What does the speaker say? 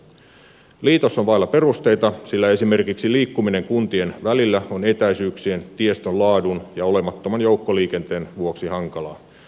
liitos on vailla perusteita sillä esimerkiksi liikkuminen kuntien välillä on etäisyyksien tiestön laadun ja olemattoman joukkoliikenteen vuoksi hankalaa